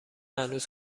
هنوز